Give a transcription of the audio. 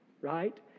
right